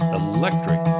electric